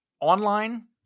online